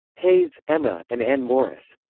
hayes, emma, and anne morris.